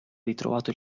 ritrovato